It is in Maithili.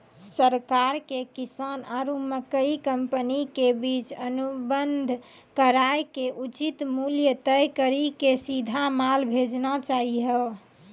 सरकार के किसान आरु मकई कंपनी के बीच अनुबंध कराय के उचित मूल्य तय कड़ी के सीधा माल भेजना चाहिए?